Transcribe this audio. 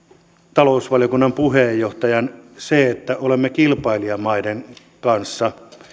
talousvaliokunnan puheenjohtajan toteamus että olemme kilpailijamaiden kanssa